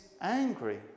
angry